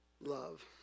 love